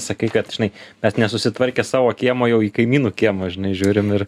sakai kad žinai mes nesusitvarkę savo kiemo jau į kaimynų kiemą žinai žiūrim ir